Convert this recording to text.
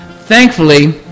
Thankfully